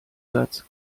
satz